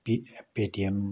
पि Paytm